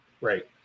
Right